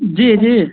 जी जी